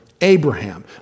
Abraham